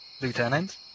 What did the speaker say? Lieutenant